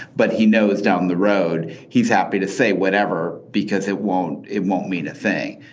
but he knows down the road he's happy to say whatever because it won't it won't mean a thing.